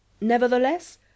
Nevertheless